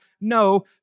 no